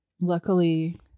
Luckily